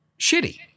shitty